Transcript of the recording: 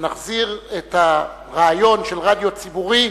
שנחזיר את הרעיון של רדיו ציבורי.